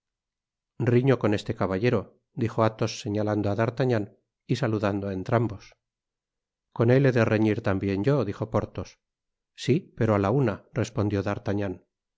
riño con este caballero dijo athos señalando á d'artagnan y saludando á entrambos con él he de reñir tambien yo dijo porthos sí pero á la una respondió d'artagnan